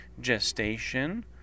gestation